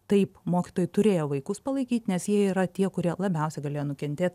taip mokytojai turėjo vaikus palaikyti nes jie yra tie kurie labiausiai galėjo nukentėt